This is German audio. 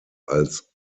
als